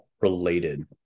related